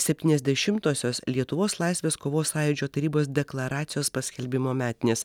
septyniasdešimtosios lietuvos laisvės kovos sąjūdžio tarybos deklaracijos paskelbimo metinės